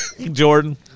Jordan